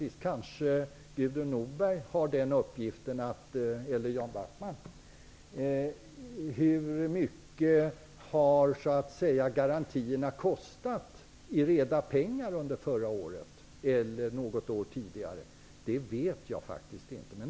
Kanske Gudrun Norberg eller Jan Backman vet hur mycket garantierna kostade i reda pengar under förra året eller något år tidigare? Jag vet faktiskt inte det.